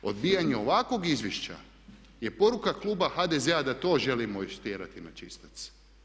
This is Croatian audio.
Odbijanje ovakvog izvješća je poruka Klub HDZ da to želimo istjerati na čistac.